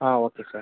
okay sir